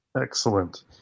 Excellent